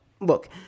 look